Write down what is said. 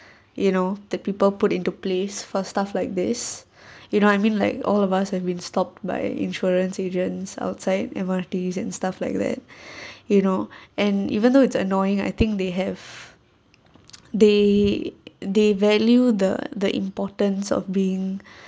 you know the people put into place for stuff like this you know I mean like all of us have been stopped by insurance agents outside M_R_T and stuff like that you know and even though it's annoying I think they have they they value the the importance of being